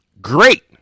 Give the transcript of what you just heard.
Great